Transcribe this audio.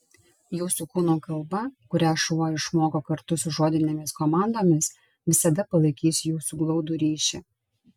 jūsų kūno kalba kurią šuo išmoko kartu su žodinėmis komandomis visada palaikys jūsų glaudų ryšį